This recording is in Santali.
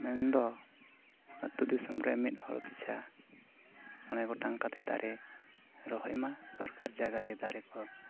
ᱢᱮᱱᱫᱚ ᱟᱛᱳ ᱫᱤᱥᱚᱢ ᱨᱮ ᱢᱤᱫ ᱦᱚᱲ ᱯᱮᱪᱷᱟ ᱢᱚᱬᱮ ᱜᱚᱴᱟᱝ ᱠᱟᱛᱮ ᱫᱟᱨᱮ ᱨᱚᱦᱚᱭ ᱢᱟ ᱥᱚᱨᱠᱟᱨ ᱡᱟᱭᱜᱟ ᱨᱮ ᱫᱟᱨᱮ ᱠᱚ